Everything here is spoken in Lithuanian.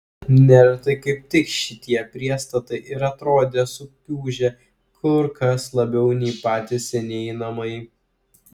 neretai kaip tik šitie priestatai ir atrodė sukiužę kur kas labiau nei patys senieji namai